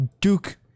Duke